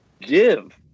give